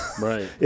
right